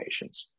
patients